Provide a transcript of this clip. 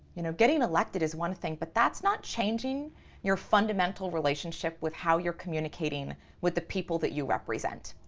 you know, getting elected is one thing but that's not changing your fundamental relationship with how you're communicating with the people that you represent.